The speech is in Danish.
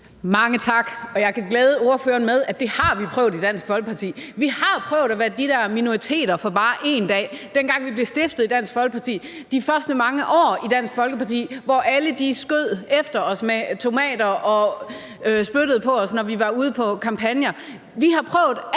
Mange tak. Jeg kan glæde ordføreren med, at det har vi prøvet i Dansk Folkeparti. Vi har prøvet at være de der minoriteter. Det var dengang, Dansk Folkeparti blev stiftet. I de første mange år i Dansk Folkeparti skød alle efter os med tomater og spyttede på os, når vi var ude på kampagner. Vi har prøvet alt